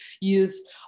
use